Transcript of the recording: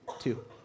two